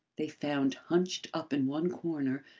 they found hunched up in one corner,